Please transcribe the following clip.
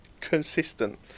consistent